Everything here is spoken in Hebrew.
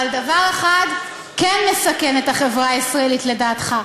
אבל דבר אחד כן מסכן את החברה הישראלית לדעתך.